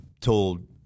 told